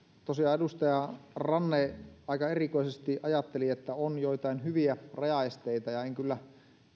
tosiaan edustaja ranne aika erikoisesti ajatteli että on joitain hyviä rajaesteitä ja en kyllä